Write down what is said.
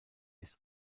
ist